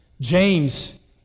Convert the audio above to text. James